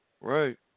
Right